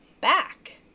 back